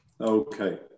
Okay